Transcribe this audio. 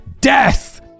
death